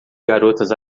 garotas